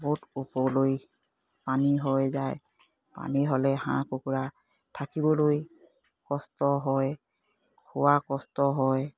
বহুত ওপৰলৈ পানী হৈ যায় পানী হ'লে হাঁহ কুকুৰা থাকিবলৈ কষ্ট হয় খোৱা কষ্ট হয়